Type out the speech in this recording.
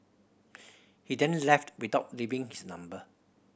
he then left without leaving his number